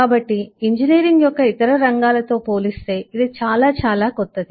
కాబట్టి ఇంజనీరింగ్ యొక్క ఇతర రంగాలతో పోలిస్తే ఇది చాలా చాలా కొత్తది